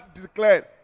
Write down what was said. declared